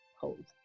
hold